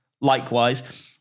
likewise